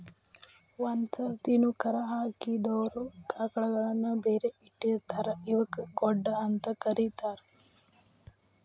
ಒಂದ್ ಸರ್ತಿನು ಕರಾ ಹಾಕಿದಿರೋ ಆಕಳಗಳನ್ನ ಬ್ಯಾರೆ ಇಟ್ಟಿರ್ತಾರ ಇವಕ್ಕ್ ಗೊಡ್ಡ ಅಂತ ಕರೇತಾರ